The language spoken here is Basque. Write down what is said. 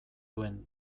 duen